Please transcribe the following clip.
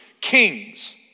kings